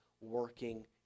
working